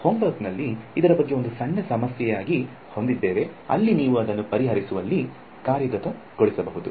homework ನಲ್ಲಿ ಇದರ ಬಗ್ಗೆ ಒಂದು ಸಣ್ಣ ಸಮಸ್ಯೆ ಯಾಗಿ ಹೊಂದಿದ್ದೇವೆ ಅಲ್ಲಿ ನೀವು ಅದನ್ನು ಪರಿಹರಿಸುವಲ್ಲಿ ಕಾರ್ಯಗತಗೊಳಿಸಬಹುದು